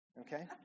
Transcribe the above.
Okay